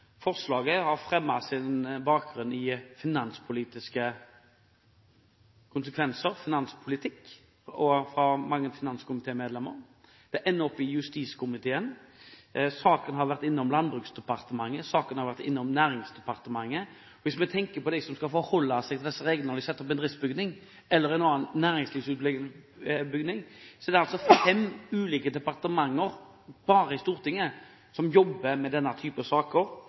forslaget er fremmet med bakgrunn i finanspolitiske konsekvenser, finanspolitikk, og fra medlemmer av finanskomiteen. Det ender opp i justiskomiteen. Saken har vært innom Landbruksdepartementet, og saken har vært innom Næringsdepartementet. Hvis vi tenker på dem som skal forholde seg til disse reglene når de setter opp en driftsbygning eller en annen næringsbygning, er det fem ulike departementer som jobber med denne typen saker: